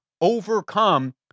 overcome